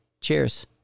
Cheers